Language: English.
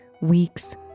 weeks